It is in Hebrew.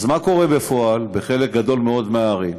אז מה קורה בפועל בחלק גדול מאוד מהערים?